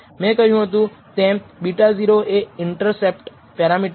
મેં કહ્યું હતું તેમ β0 એ ઇન્ટરસેપ્ટ પેરામીટર છે